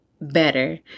better